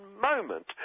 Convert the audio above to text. moment